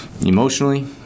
emotionally